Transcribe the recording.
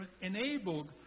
enabled